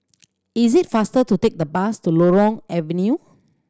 is it faster to take the bus to Loyang Avenue